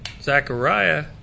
Zachariah